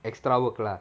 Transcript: extra work lah